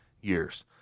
years